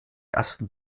ersten